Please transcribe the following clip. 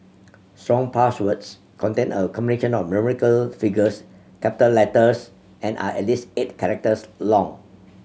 strong passwords contain a combination of numerical figures capital letters and are at least eight characters long